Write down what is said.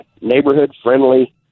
neighborhood-friendly